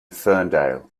ferndale